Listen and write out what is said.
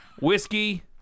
Whiskey